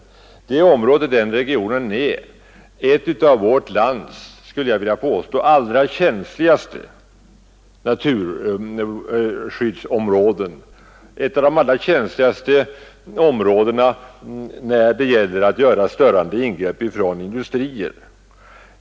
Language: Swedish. Det området är, skulle jag vilja påstå, ett av vårt lands allra känsligaste naturområden, ett av de områden som är allra ömtåligast för störande ingrepp från industrier.